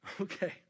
Okay